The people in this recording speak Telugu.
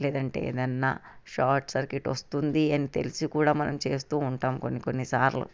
లేదంటే ఏదైనా షార్ట్ సర్క్యూట్ వస్తుంది అని తెలిసి కూడా మనం చేస్తూ ఉంటాము కొన్ని కొన్నిసార్లు